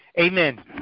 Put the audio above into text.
amen